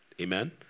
Amen